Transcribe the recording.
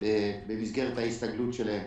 במסגרת ההסתכלות שלהם